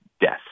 death